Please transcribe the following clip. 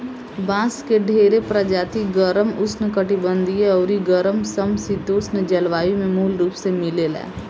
बांस के ढेरे प्रजाति गरम, उष्णकटिबंधीय अउरी गरम सम शीतोष्ण जलवायु में मूल रूप से मिलेला